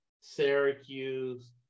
Syracuse